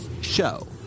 show